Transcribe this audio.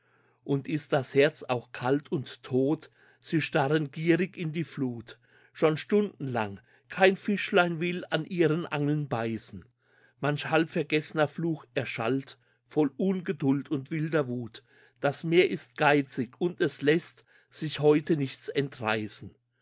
und ist das herz auch kalt und tot sie starren gierig in die flut schon stundenlang kein fischlein will an ihren angeln beißen manch halbvergeßner fluch erschallt voll ungeduld und wilder wut das meer ist geizig und es läßt sich heute nichts entreißen